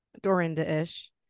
Dorinda-ish